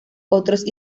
otros